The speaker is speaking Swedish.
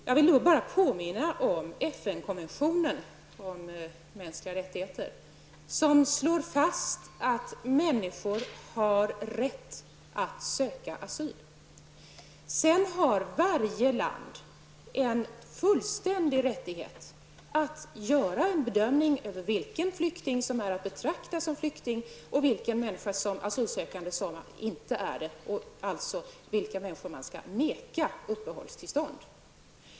Jag vill då bara påminna om att FN-konventionen om mänskliga rättigheter slår fast att människor har rätt att söka asyl. Sedan har varje land full frihet att göra en bedömning av vilka asylsökande som är att betrakta som flyktingar och vilka som inte är det och som man alltså kan vägra uppehållstillstånd.